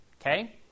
Okay